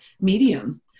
medium